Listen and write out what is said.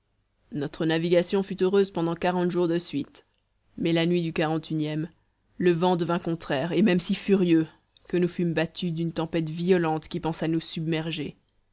notre navigation fut heureuse pendant quarante jours de suite mais la nuit du quarante unième le vent devint contraire et même si furieux que nous fûmes battus d'une tempête violente qui pensa nous submerger